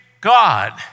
God